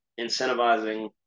incentivizing